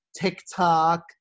TikTok